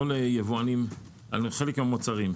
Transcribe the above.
לא ליבואנים על חלק מהמוצרים.